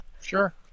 Sure